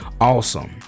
awesome